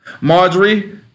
Marjorie